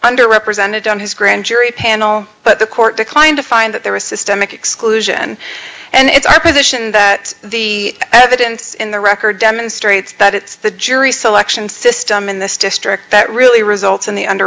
under represented on his grand jury panel but the court declined to find that there was systemic exclusion and it's our position that the evidence in the record demonstrates that it's the jury selection system in this district that really results in the under